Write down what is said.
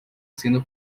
sendo